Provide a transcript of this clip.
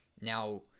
now